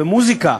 מוזיקה,